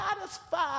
satisfied